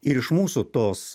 ir iš mūsų tos